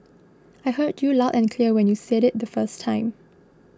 I heard you loud and clear when you said it the first time